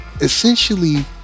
essentially